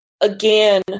again